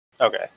Okay